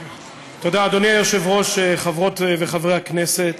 אדוני היושב-ראש, תודה, חברות וחברי הכנסת,